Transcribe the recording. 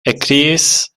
ekkriis